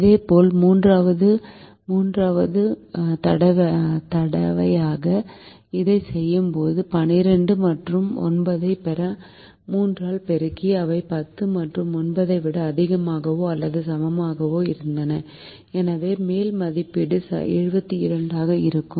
இதேபோல் மூன்றாவது மூன்றாவது தடவையாக இதைச் செய்தபோது 12 மற்றும் 9 ஐப் பெற 3 ஆல் பெருக்கி அவை 10 மற்றும் 9 ஐ விட அதிகமாகவோ அல்லது சமமாகவோ இருந்தன எனவே மேல் மதிப்பீடு 72 ஆக இருக்கும்